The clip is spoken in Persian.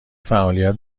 فعالیت